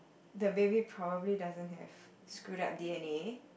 the baby probably doesn't have screwed up d_n_a